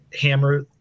hammer